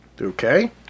Okay